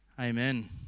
Amen